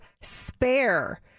Spare